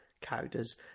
characters